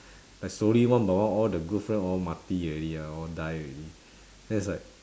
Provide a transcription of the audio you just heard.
like slowly one by one all the good friend all mati already ah all die already then it's like